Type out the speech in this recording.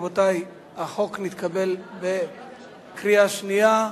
רבותי, החוק נתקבל בקריאה שנייה.